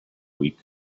week